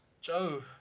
Joe